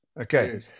Okay